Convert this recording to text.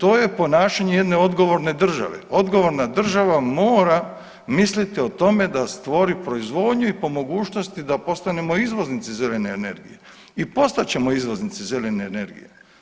To je ponašanje jedne odgovorne države, odgovorna država mora misliti o tome da stvori proizvodnju i po mogućnosti, da postanemo izvoznici zelene energije i postat ćemo izvoznici zelene energije.